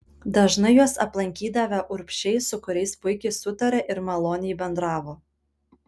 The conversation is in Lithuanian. dažnai juos aplankydavę urbšiai su kuriais puikiai sutarė ir maloniai bendravo